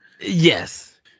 Yes